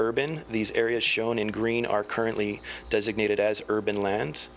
urban these areas shown in green are currently designated as urban lands